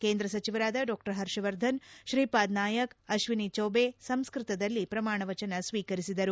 ಕೇಂದ್ರ ಸಚಿವಾರದ ಡಾ ಪರ್ಷವರ್ಧನ್ ಶ್ರೀಪಾದ್ ನಾಯಕ್ ಅಶ್ವಿನಿ ಚೌಭೆ ಸಂಸ್ಕ್ತದಲ್ಲಿ ಪ್ರಮಾಣ ಸ್ವೀಕರಿಸಿದರು